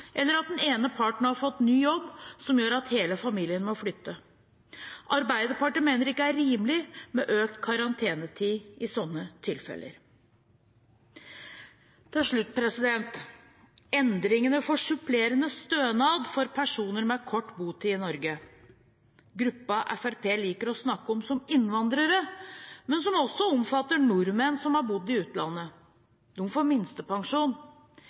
eller den ene parten kan ha fått ny jobb som gjør at hele familien må flytte. Arbeiderpartiet mener det ikke er rimelig med økt karantenetid i sånne tilfeller. Til slutt: til endringene for supplerende stønad for personer med kort botid i Norge, gruppen Fremskrittspartiet liker å snakke om som innvandrere, men som også omfatter nordmenn som har bodd i utlandet. De får minstepensjon.